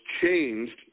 changed